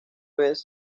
vez